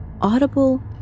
audible